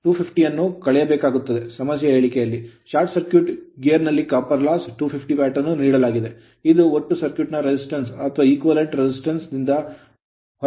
250 ಅನ್ನು ಕಳೆಯಬೇಕಾಗುತ್ತದೆ ಸಮಸ್ಯೆಯ ಹೇಳಿಕೆಯಲ್ಲಿ short circuit gear short circuiting gear ನಲ್ಲಿ copper loss ತಾಮ್ರದ ನಷ್ಟವಾಗಿ 250 ವ್ಯಾಟ್ ಅನ್ನು ನೀಡಲಾಗುತ್ತದೆ ಇದು ಒಟ್ಟು ಸರ್ಕ್ಯೂಟ್ ನ resistance equivalent ಪ್ರತಿರೋಧ ಸಮಾನ ದಿಂದ ಹೊರಗಿಡಲ್ಪಟ್ಟಿದೆ